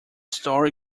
story